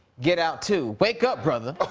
get out two, wake up brother.